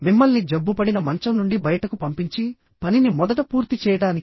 మిమ్మల్ని జబ్బుపడిన మంచం నుండి బయటకు పంపించి పనిని మొదట పూర్తి చేయడానికి